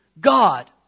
God